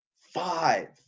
Five